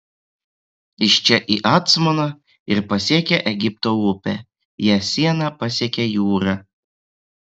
iš čia į acmoną ir pasiekia egipto upę ja siena pasiekia jūrą